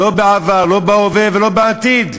לא בעבר, לא בהווה ולא בעתיד.